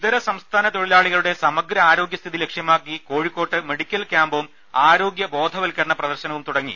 ഇതര സംസ്ഥാന തൊഴിലാളികളുടെ സമഗ്ര ആരോഗ്യ സ്ഥിതി ലക്ഷ്യ മാക്കി കോഴിക്കോട്ട് മെഡിക്കൽ ക്യാമ്പും ആരോഗ്യ ബോധവൽക്കരണ പ്രദർശനവും തുടങ്ങി